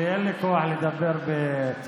כי אין לי כוח לדבר בצעקות,